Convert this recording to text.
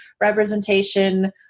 representation